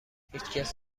هیچکس